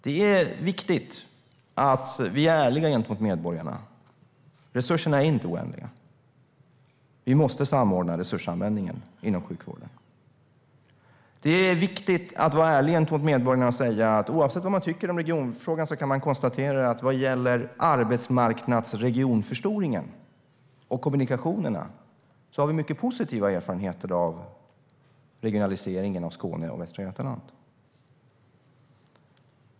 Det är viktigt att vi är ärliga gentemot medborgarna. Resurserna är inte oändliga. Vi måste samordna resursanvändningen inom sjukvården. Det är viktigt att vara ärlig gentemot medborgarna och säga att oavsett vad man tycker om regionfrågan har vi mycket positiva erfarenheter av regionaliseringen av Skåne och Västra Götaland just när man ser till arbetsmarknadsregionförstoring och kommunikationer.